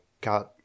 got